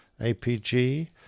APG